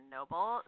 Noble